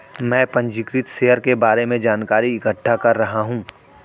मैं पंजीकृत शेयर के बारे में जानकारी इकट्ठा कर रहा हूँ